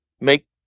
make